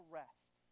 rest